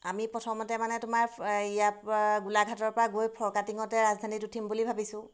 আমি প্ৰথমতে মানে তোমাৰ ইয়াৰ পৰা গোলাঘাটৰ পৰা গৈ ফৰকাটিঙতে ৰাজধানীত উঠিম বুলি ভাবিছোঁ